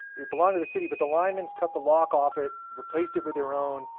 it belonged to the city, but the lymans cut the lock off it, replaced it with their own,